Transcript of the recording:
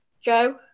joe